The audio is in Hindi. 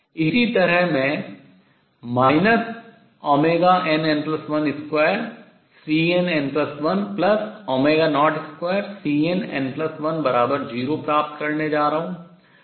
इसी तरह मैं nn12Cnn102Cnn10 प्राप्त करने जा रहा हूँ